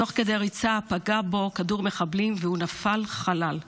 תוך כדי ריצה פגע בו כדור מחבלים, והוא נפל חלל.